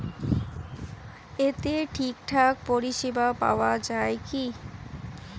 এতে ঠিকঠাক পরিষেবা পাওয়া য়ায় কি?